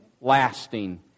Lasting